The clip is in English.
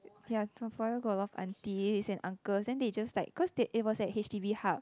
ya Toa-Payoh got a lot of aunties and uncles then they just like because it was at H_D_B Hub